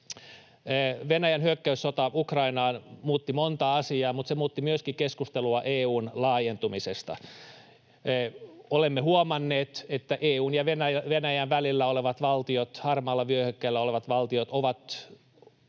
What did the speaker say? Venäjän hyökkäyssota Ukrainaan muutti monta asiaa, mutta se muutti myöskin keskustelua EU:n laajentumisesta. Olemme huomanneet, että EU:n ja Venäjän välillä olevat valtiot, harmaalla vyöhykkeellä olevat valtiot, ovat tukalassa